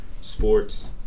sports